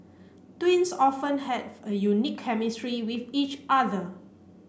twins often have a unique chemistry with each other